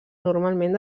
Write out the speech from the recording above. normalment